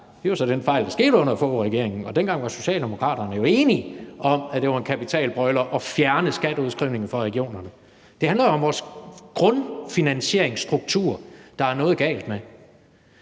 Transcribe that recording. det var så den fejl, der skete under Foghregeringen, og dengang var Socialdemokraterne jo enige i, at det var en kapitalbrøler at fjerne skatteudskrivningen fra regionerne. Det handler om vores grundfinansieringsstruktur – den er der noget galt med.